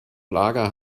lager